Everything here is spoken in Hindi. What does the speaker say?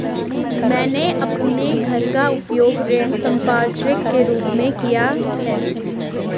मैंने अपने घर का उपयोग ऋण संपार्श्विक के रूप में किया है